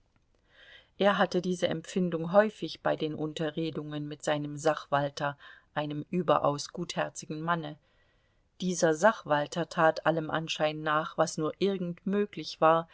er hatte diese empfindung häufig bei den unterredungen mit seinem sachwalter einem überaus gutherzigen manne dieser sachwalter tat allem anschein nach was nur irgend möglich war